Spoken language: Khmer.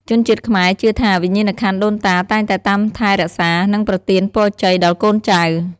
ជនជាតិខ្មែរជឿថា វិញ្ញាណក្ខន្ធដូនតាតែងតែតាមថែរក្សា និងប្រទានពរជ័យដល់កូនចៅ។